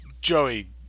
Joey